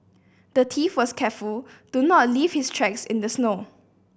the thief was careful to not leave his tracks in the snow